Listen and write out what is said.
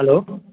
hello